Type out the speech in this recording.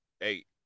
Eight